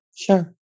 Sure